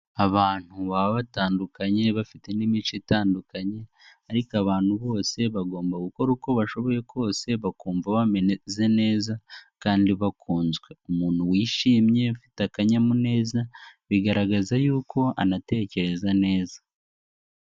Abantu baba batandukanye bafite n'imico itandukanye ariko abantu bose bagomba gukora uko bashoboye kose bakumva bameze neza kandi bakunzwe, umuntu wishimye ufite akanyamuneza bigaragaza y'uko anatekereza neza.